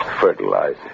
Fertilizer